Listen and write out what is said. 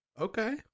Okay